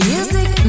Music